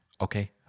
Okay